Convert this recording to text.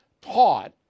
taught